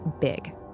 big